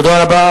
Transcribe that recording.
תודה רבה.